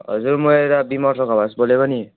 हजुर म विमर्श खवास बोलेको नि